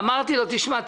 אמרתי לו: תשמע,